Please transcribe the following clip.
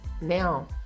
Now